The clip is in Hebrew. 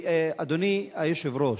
אדוני היושב-ראש,